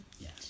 yes